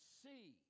see